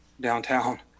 downtown